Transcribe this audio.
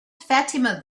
fatima